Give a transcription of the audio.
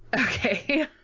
Okay